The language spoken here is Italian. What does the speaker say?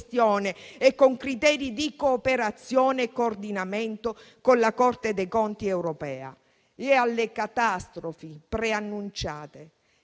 a criteri di cooperazione e coordinamento con la Corte dei conti europea. Rispetto poi alle catastrofi preannunciate